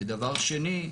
ודבר שני,